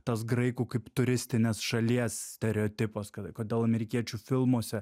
tas graikų kaip turistinės šalies stereotipas kad kodėl amerikiečių filmuose